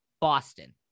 Boston